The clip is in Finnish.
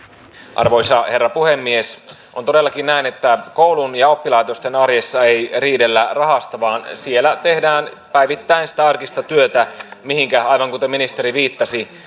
arvoisa herra puhemies on todellakin näin että koulun ja oppilaitosten arjessa ei riidellä rahasta vaan siellä tehdään päivittäin sitä arkista työtä mihinkä aivan kuten ministeri viittasi